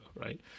right